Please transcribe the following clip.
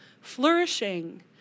flourishing